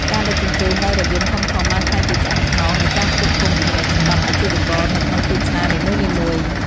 ការដឹកជញ្ជូនដោយរថយន្តធំៗបានក្លាយជាឆ្អឹងខ្នងនៃការផ្គត់ផ្គង់ទំនិញសម្រាប់អាជីវករនៅក្នុងទីផ្សារនីមួយៗ។